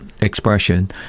expression